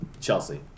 Chelsea